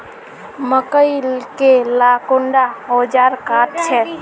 मकई के ला कुंडा ओजार काट छै?